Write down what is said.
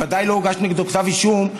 וודאי לא הוגש נגדו כתב אישום,